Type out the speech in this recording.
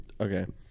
Okay